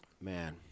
Man